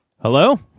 Hello